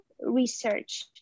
research